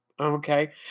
Okay